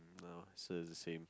no so it's the same